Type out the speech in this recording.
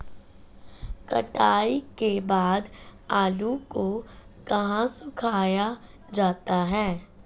कटाई के बाद आलू को कहाँ सुखाया जाता है?